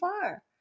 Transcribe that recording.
far